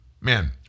man